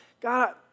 God